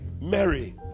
Mary